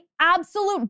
absolute